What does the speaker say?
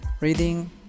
reading